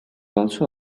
also